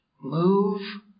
Move